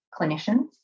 clinicians